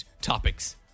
topics